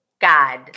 God